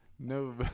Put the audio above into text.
No